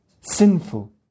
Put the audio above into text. sinful